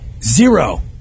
zero